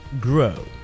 grow